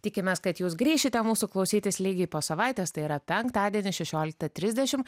tikimės kad jūs grįšite mūsų klausytis lygiai po savaitės tai yra penktadienį šešioliktą trisdešimt